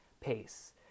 pace